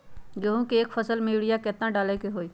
गेंहू के एक फसल में यूरिया केतना डाले के होई?